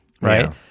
Right